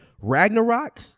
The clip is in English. Ragnarok